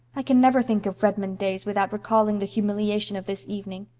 i can never think of redmond days without recalling the humiliation of this evening.